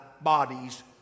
bodies